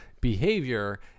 behavior